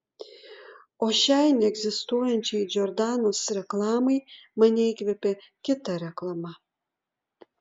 o šiai neegzistuojančiai džordanos reklamai mane įkvėpė kita reklama